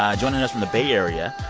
um joining us from the bay area,